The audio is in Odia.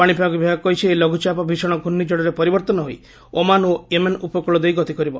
ପାଣିପାଗ ବିଭାଗ କହିଛନ୍ତି ଏହି ଲଘୁଚାପ ଭୀଷଣ ଘୂର୍ଣ୍ଣିଝଡରେ ପରିବର୍ତ୍ତନ ହୋଇ ଓମାନ ଓ ୟେମେନ ଉପକୂଳ ଦେଇ ଗତିକରିବ